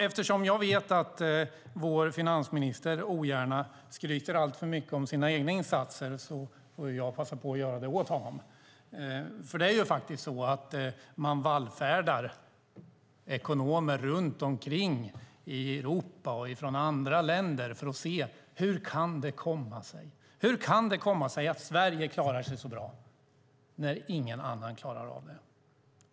Eftersom jag vet att vår finansminister ogärna skryter alltför mycket om sina egna insatser får jag passa på att göra det åt honom, för det är faktiskt så att ekonomer runt om i Europa och från andra länder vallfärdar för att se hur det kan komma sig att Sverige klarar sig så bra när ingen annan klarar av det.